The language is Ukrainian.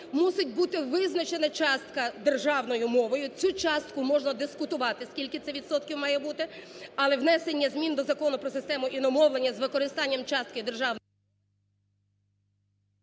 мусить бути визначена частка державною мовою. Цю частку можна дискутувати скільки це відсотків має бути, але внесення змін до Закону про систему іномовлення з використанням частки… ГОЛОВУЮЧИЙ.